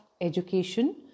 education